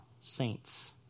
saints